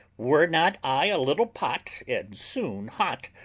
were not i a little pot and soon hot,